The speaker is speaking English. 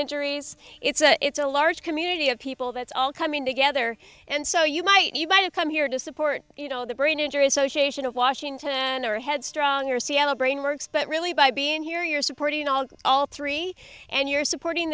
injuries it's a it's a large community of people that's all coming together and so you might even come here to support you know the brain injury association of washington or headstrong or seattle brain works but really by being here you're supporting on all three and you're supporting